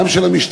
גם של המשטרה,